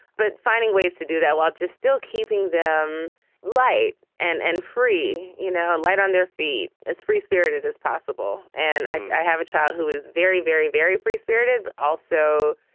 but finding ways to do that while just still keeping them light and and free, you know, light on their feet as free spirited as possible. and i have a child who is very, very, very free spirited. also